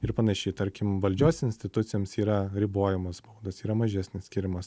ir panašiai tarkim valdžios institucijoms yra ribojamos baudos yra mažesnės skiriamos